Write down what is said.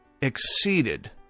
exceeded